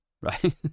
right